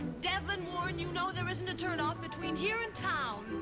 devlin warren, you know there isn't a turnoff between here, and town.